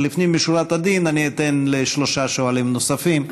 אז לפנים משורת הדין אני אתן לשלושה שואלים נוספים.